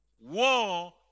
war